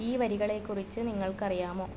ഈ വരികളെക്കുറിച്ച് നിങ്ങൾക്കറിയാമോ